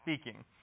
speaking